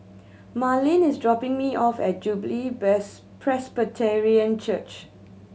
Marlen is dropping me off at Jubilee Presbyterian Church